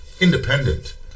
independent